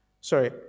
Sorry